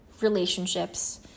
relationships